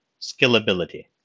scalability